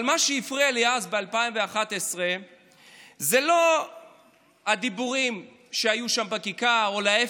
אבל מה שהפריע לי אז ב-2011 זה לא הדיבורים שהיו שם בכיכר או להפך,